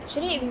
mm